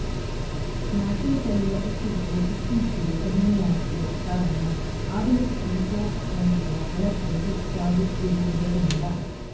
ನಾಟಿ ತಳಿಯ ಎತ್ತುಗಳು ಇತ್ತೀಚೆಗೆ ಕಡಿಮೆಯಾಗಿದೆ ಕಾರಣ ಆಧುನಿಕ ಯಂತ್ರೋಪಕರಣಗಳ ಬಳಕೆ ಹೆಚ್ಚಾಗುತ್ತಿರುವುದರಿಂದ